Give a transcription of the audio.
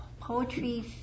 poetry